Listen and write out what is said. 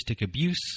abuse